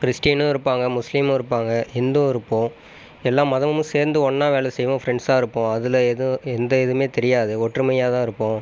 கிறிஸ்டினும் இருப்பாங்க முஸ்லீமும் இருப்பாங்க ஹிந்துவும் இருப்போம் எல்லா மதமும் சேர்ந்து ஒன்றா வேலை செய்வோம் ஃபிரெண்ட்ஸாக இருப்போம் அதில் எதுவும் எந்த இதுவுமே தெரியாது ஒற்றுமையாகதான் இருப்போம்